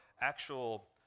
actual